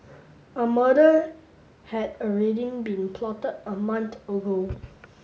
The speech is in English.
a murder had already been plotted a month ago